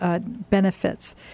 Benefits